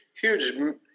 huge